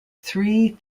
three